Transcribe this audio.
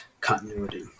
continuity